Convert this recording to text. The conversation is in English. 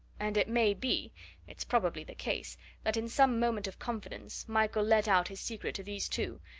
and it may be it's probably the case that in some moment of confidence, michael let out his secret to these two,